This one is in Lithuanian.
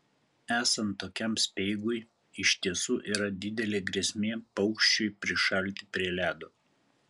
esant tokiam speigui iš tiesų yra didelė grėsmė paukščiui prišalti prie ledo